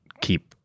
keep